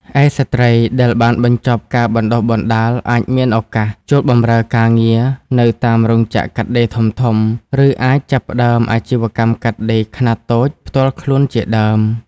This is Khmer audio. ឯ ស្ត្រីដែលបានបញ្ចប់ការបណ្តុះបណ្តាលអាចមានឱកាសចូលបម្រើការងារនៅតាមរោងចក្រកាត់ដេរធំៗ ឬអាចចាប់ផ្តើមអាជីវកម្មកាត់ដេរខ្នាតតូចផ្ទាល់ខ្លួនជាដើម។